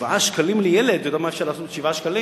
7 שקלים לילד, אתה יודע מה אפשר לעשות ב-7 שקלים?